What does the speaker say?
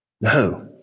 No